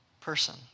person